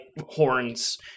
horns